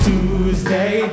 Tuesday